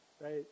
right